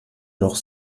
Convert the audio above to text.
noch